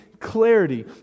Clarity